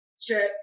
Check